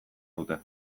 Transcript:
dute